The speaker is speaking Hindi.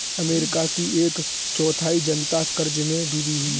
अमेरिका की एक चौथाई जनता क़र्ज़ में डूबी हुई है